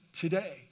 today